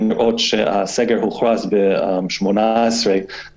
למרות שהסגר הוכרז ב-18.9,